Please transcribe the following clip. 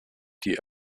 die